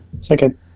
Second